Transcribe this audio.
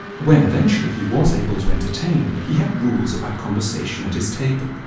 when eventually he was able to entertain, he had rules about conversation at his table.